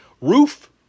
roof